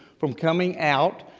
from coming out.